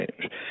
change